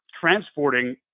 transporting